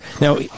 Now